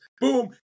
Boom